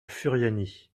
furiani